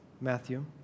Matthew